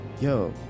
Yo